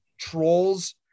trolls